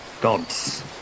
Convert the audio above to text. Gods